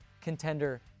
contender